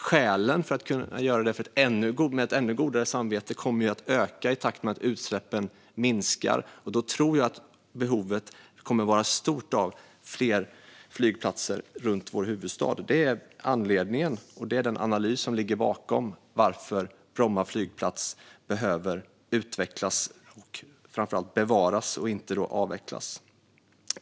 Skälen att göra det med ett ännu godare samvete kommer att öka i takt med att utsläppen minskar, och då tror jag att behovet kommer att vara stort av fler flygplatser runt vår huvudstad. Det är anledningen till, och det är den analys som ligger bakom, att Bromma flygplats behöver utvecklas och framför allt bevaras och inte avvecklas.